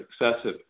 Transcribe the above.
excessive